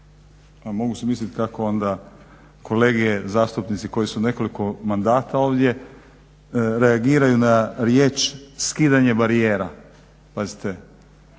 mogu si mislit kako onda kolege zastupnici koji su nekoliko mandata ovdje reagiraju na riječ skidanje barijera. Pazite,